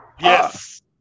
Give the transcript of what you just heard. Yes